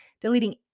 deleting